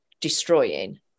destroying